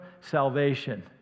salvation